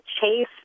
Chase